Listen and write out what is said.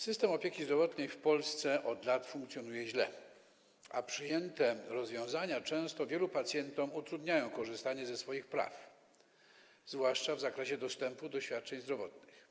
System opieki zdrowotnej w Polsce od lat funkcjonuje źle, a przyjęte rozwiązania często wielu pacjentom utrudniają korzystanie z ich praw, zwłaszcza w zakresie dostępu do świadczeń zdrowotnych.